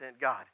God